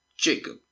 jacob